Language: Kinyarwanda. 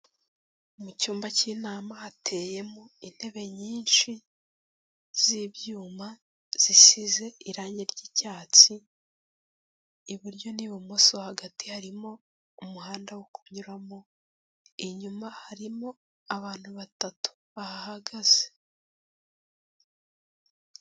Mu cyumba cy'inama hateyemo intebe nyinshi z'ibyuma zisize irangi ry'icyatsi, iburyo n'ibumoso hagati harimo umuhanda wo kunyuramo, inyuma harimo abantu batatu bahahagaze.